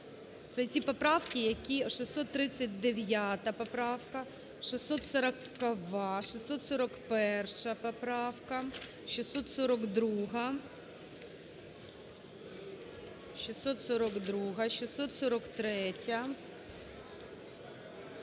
Це ті поправки, які… 639 поправка, 640-а, 641 поправка, 642-а. 642-а, 643-я.